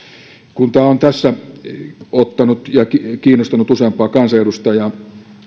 kun tämä on tässä kiinnostanut useampaa kansanedustajaa